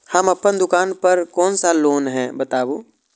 हम अपन दुकान पर कोन सा लोन हैं बताबू?